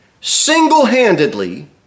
single-handedly